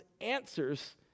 answers